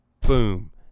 boom